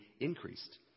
increased